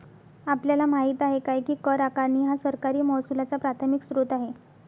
आपल्याला माहित आहे काय की कर आकारणी हा सरकारी महसुलाचा प्राथमिक स्त्रोत आहे